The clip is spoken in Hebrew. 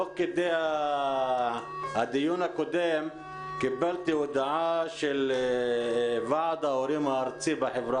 תוך כדי הדיון הקודם קיבלתי הודעה מוועד ההורים הארצי בחברה